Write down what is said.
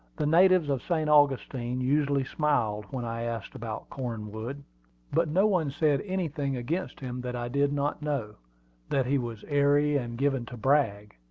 the natives of st. augustine usually smiled when i asked about cornwood but no one said anything against him that i did not know that he was airy and given to brag.